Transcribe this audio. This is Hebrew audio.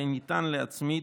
יהיה ניתן להצמיד